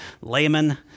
layman